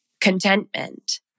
contentment